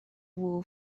wool